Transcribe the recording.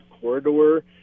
corridor